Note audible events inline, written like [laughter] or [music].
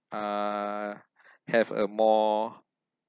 uh [breath] have a more